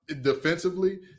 defensively